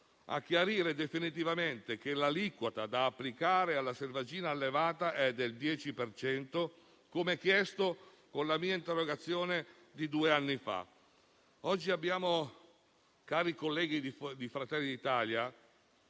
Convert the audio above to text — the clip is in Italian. a chiarire definitivamente che l'aliquota da applicare alla selvaggina allevata è del 10 per cento, come chiesto con la mia interrogazione di due anni fa. Oggi su questo tema - mi rivolgo ai colleghi di Fratelli d'Italia,